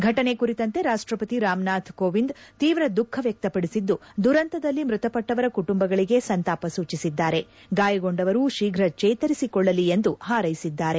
ಫೆಟನೆ ಕುರಿತಂತೆ ರಾಷ್ಟ್ರಪತಿ ರಾಮನಾಥ್ ಕೋವಿಂದ್ ತೀವ್ರ ದುಃಖ ವ್ಯಕ್ತಪಡಿಸಿದ್ದು ದುರಂತದಲ್ಲಿ ಮೃತಪಟ್ಟವರ ಕುಟುಂಬಗಳಿಗೆ ಸಂತಾಪ ಸೂಚಿಸಿದ್ದು ಗಾಯಗೊಂಡವರು ಶೀಫ್ರ ಚೇತರಿಸಿಕೊಳ್ಳಲಿ ಎಂದು ಹಾರ್ೈಸಿದ್ದಾರೆ